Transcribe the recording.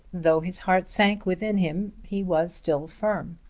though his heart sank within him he was still firm.